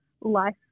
life